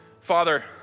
Father